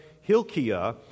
Hilkiah